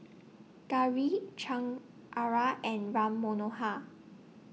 Gauri Chengara and Ram Manohar